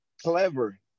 clever